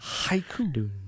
haiku